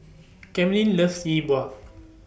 Camryn loves Yi Bua